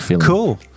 cool